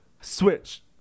Switch